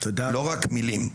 לא רק מילים.